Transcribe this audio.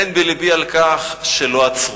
אין בלבי על כך שלא עצרו,